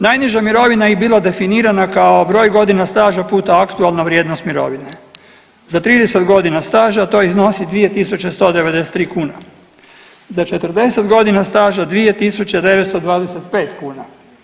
Najniža mirovina bi bila definirana kao broj godina staža puta aktualna vrijednost mirovine, za 30.g. staža to iznosi 2.193 kune, za 40.g. staža 2.925 kuna.